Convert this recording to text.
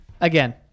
again